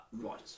Right